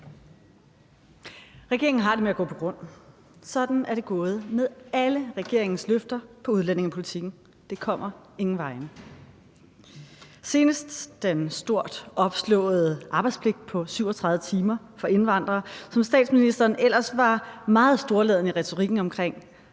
Regeringen har det med at gå på grund. Sådan er det gået med alle regeringens løfter i udlændingepolitikken, det kommer ingen vegne. Senest var der den stort opslåede arbejdspligt på 37 timer for indvandrere, som statsministeren ellers var meget storladen i retorikken omkring,